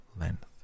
length